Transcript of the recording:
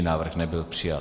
Návrh nebyl přijat.